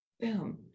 boom